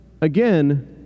again